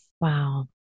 Wow